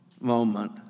moment